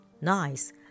nice